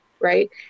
right